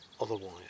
otherwise